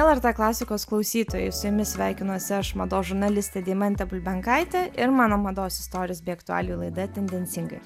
lrt klasikos klausytojai su jumis sveikinuosi aš mados žurnalistė deimantė bulbenkaitė ir mano mados istorijos bei aktualijų laida tendencingai